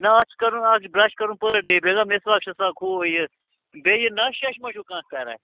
نہٕ اَتھ چھُ اکھ برٛش کرُن پٔر ڈیے بیٚیہِ گوٚو مِسواک شِسواک ہُہ یہِ بیٚیہِ یہِ نَشہٕ وَشہٕ ما چھُو کانٛہہ کَران